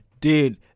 Dude